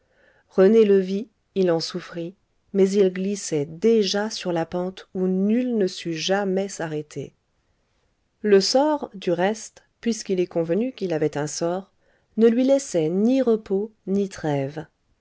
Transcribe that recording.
rené le vit il en souffrit mais il glissait déjà sur la pente où nul ne sut jamais s'arrêter le sort du reste puisqu'il est convenu qu'il avait un sort ne lui laissait ni repos ni trêve